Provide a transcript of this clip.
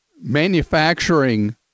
manufacturing